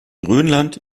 grönland